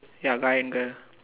ya guy and girl